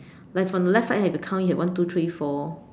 like from the left side have to count here one two three four